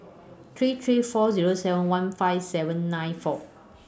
three three four Zero seven one five seven nine four